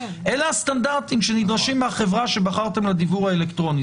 אלה הסטנדרטים שנדרשים מהחברה שבחרתם לדיוור האלקטרוני.